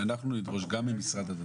שאנחנו נדרוש גם ממשרד הדתות,